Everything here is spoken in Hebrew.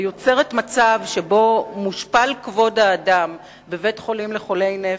ויוצרת מצב שבו מושפל כבוד האדם בבית-חולים לחולי נפש,